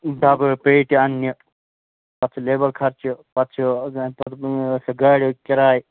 ڈَبہٕ پیٹہِ اَننہِ پَتہٕ چھِ لیبَر خرچہِ پَتہٕ چھُ پَتہٕ سُہ گاڑِ کِراے